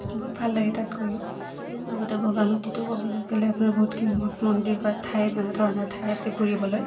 বহুত ভাল লাগে তাত গৈও লগতে বগামাটিটো ক'বলৈ গ'লে আপোনাৰ বহুতখিনি মঠ মন্দিৰ বা ঠাই নানা ধৰণৰ ঠাই আছে ঘূৰিবলৈ